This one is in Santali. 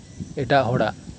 ᱮᱴᱟᱜ ᱦᱚᱲᱟᱜ